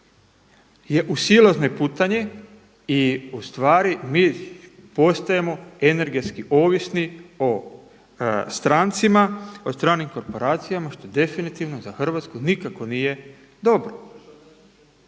je u silaznoj putanji i ustvari mi postajemo energetski ovisni o strancima, o stranim korporacijama što definitivno za Hrvatsku nikako nije dobro.